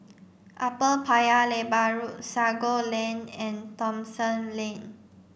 Upper Paya Lebar Road Sago Lane and Thomson Lane